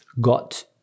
got